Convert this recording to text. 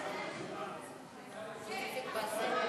הכנסה (הטבות במס ליישוב מאוים באזור),